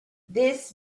this